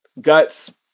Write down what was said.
Guts